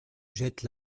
jette